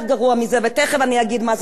זה רק להרים יד על התקשורת,